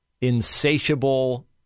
insatiable